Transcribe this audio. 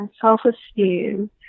self-esteem